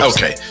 Okay